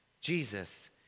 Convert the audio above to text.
Jesus